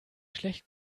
schlecht